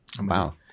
Wow